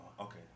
Okay